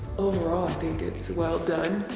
overall i think it's well done.